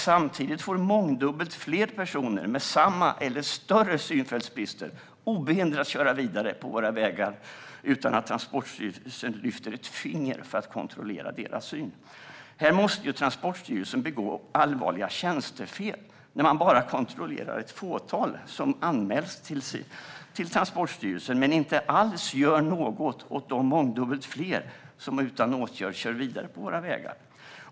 Samtidigt får mångdubbelt fler personer med samma eller större synfältsbrister obehindrat köra vidare på våra vägar utan att Transportstyrelsen lyfter ett finger för att kontrollera deras syn. Transportstyrelsen måste begå allvarliga tjänstefel när man bara kontrollerar det fåtal som anmäls till Transportstyrelsen men inte gör något alls åt de mångdubbelt fler som utan åtgärd kör vidare på våra vägar.